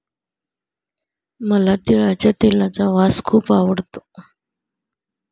मला तिळाच्या तेलाचा वास खूप आवडतो